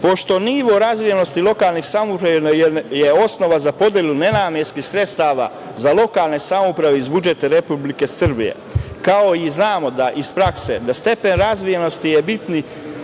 nivo razvijenosti lokalnih samouprava je osnova za podelu nenamenskih sredstava za lokalne samouprave iz budžeta Republike Srbije, kao što znamo da iz prakse, da stepen razvijenosti je bitni